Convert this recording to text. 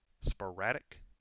sporadic